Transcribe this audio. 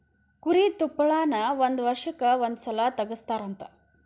ಕುರಿ ತುಪ್ಪಳಾನ ವರ್ಷಕ್ಕ ಒಂದ ಸಲಾ ತಗಸತಾರಂತ